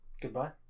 Goodbye